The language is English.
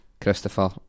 Christopher